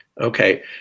Okay